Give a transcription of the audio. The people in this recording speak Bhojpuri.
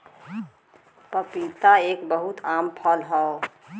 पपीता एक बहुत आम फल हौ